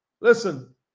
Listen